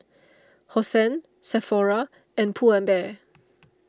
Hosen Sephora and Pull and Bear